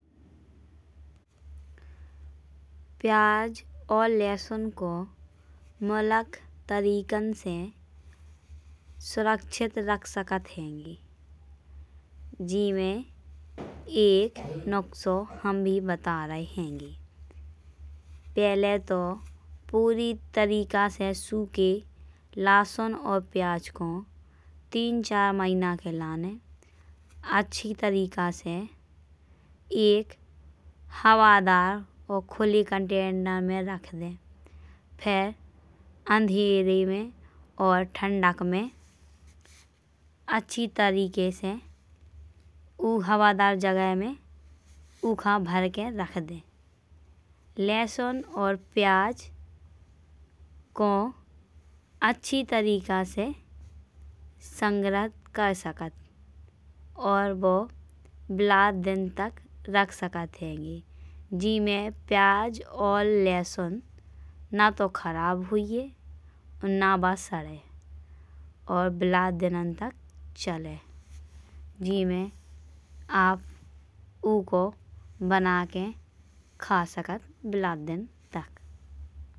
प्याज और लहसुन को मुलक तरीकन से सुरक्षित रख सकत हैंगे। जीमे एक नुक्खशो हम भी बता रहे हैंगे। पहले तो पूरी तरीके से सूखे लहसुन और प्याज को तीन चार महिना के लाने। अच्छी तरीके से एक हवादार और खुले कंटेनर में रख दे। फिर अंधेरे में और ठंडक में अच्छी तरीके से ऊ हवादार जगह में उखा भर के रख दे। लहसुन और प्याज को अच्छी तरीके से संग्रहक कर सकत। और बो बिलात दिन तक रख सकत हैंगे। जीमे प्याज और लहसुन ना तो खराब हुईये। और ना बा सड़े और बिलात दिनन तक चले। जीमे आप उको बनाके खा सकत बिलातदिन तक।